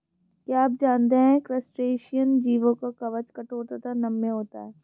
क्या आप जानते है क्रस्टेशियन जीवों का कवच कठोर तथा नम्य होता है?